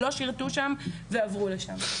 הם לא שירתו שם, הם עברו לשם.